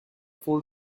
full